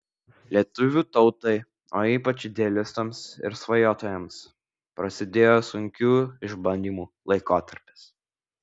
lietuvių tautai o ypač idealistams ir svajotojams prasidėjo sunkių išbandymų laikotarpis